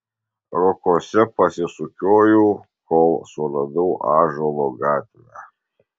rokuose pasisukiojau kol suradau ąžuolo gatvę